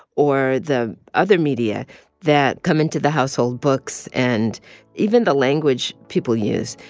or the other media that come into the household books and even the language people use.